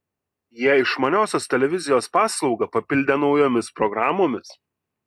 jie išmaniosios televizijos paslaugą papildė naujomis programomis